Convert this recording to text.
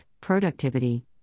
productivity